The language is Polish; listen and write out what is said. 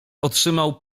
otrzymał